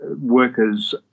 workers